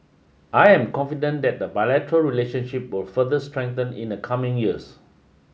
I am confident that the bilateral relationship will further strengthen in the coming years